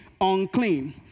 unclean